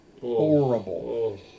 horrible